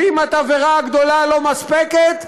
ואם התבערה הגדולה לא מספקת,